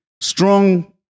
strong